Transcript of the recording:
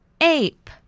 Ape